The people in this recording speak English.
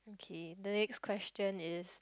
kay the next question is